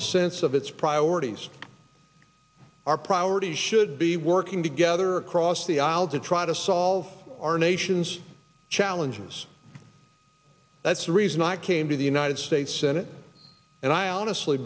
a sense of its priorities our priorities should be working together across the aisle to try to solve our nation's challenges that's the reason i came to the united states senate and i honestly